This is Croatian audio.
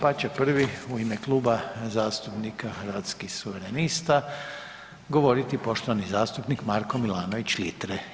Prvi će u ime Kluba zastupnika Hrvatskih suverenista govoriti poštovani zastupnik Marko Milanović Litre.